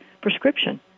prescription